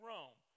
Rome